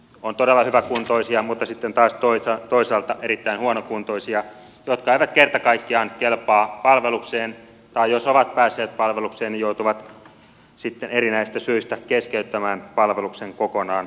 on todella hyväkuntoisia mutta sitten taas toisaalta erittäin huonokuntoisia jotka eivät kerta kaikkiaan kelpaa palvelukseen tai jos ovat päässeet palvelukseen joutuvat sitten erinäisistä syistä keskeyttämään palveluksen kokonaan